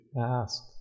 ask